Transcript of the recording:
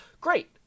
Great